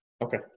Okay